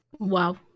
Wow